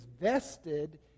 vested